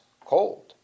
cold